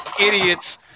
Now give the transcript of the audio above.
idiots